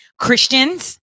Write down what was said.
Christians